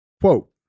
quote